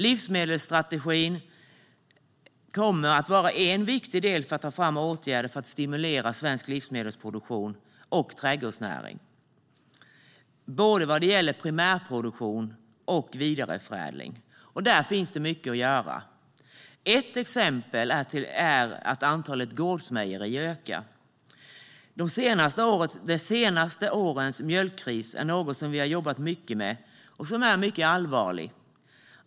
Livsmedelsstrategin kommer att vara en viktig del för att ta fram åtgärder för att stimulera svensk livsmedelsproduktion och trädgårdsnäring vad gäller både primärproduktion och vidareförädling. Där finns det mycket att göra. Ett exempel är att antalet gårdsmejerier ökar. De senaste årens mjölkkris är något som vi har jobbat mycket med och som är mycket allvarlig.